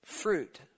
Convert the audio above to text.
Fruit